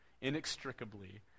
Inextricably